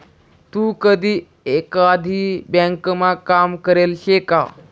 तू कधी एकाधी ब्यांकमा काम करेल शे का?